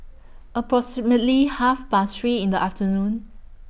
approximately Half Past three in The afternoon